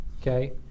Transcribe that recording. Okay